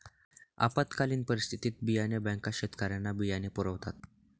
आपत्कालीन परिस्थितीत बियाणे बँका शेतकऱ्यांना बियाणे पुरवतात